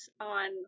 on